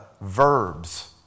verbs